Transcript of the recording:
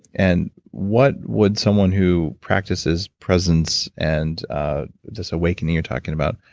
and what would someone who practices presence and ah this awakening you're talking about,